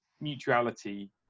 mutuality